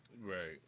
Right